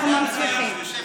אנחנו ממשיכים.